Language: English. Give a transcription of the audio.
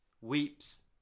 weeps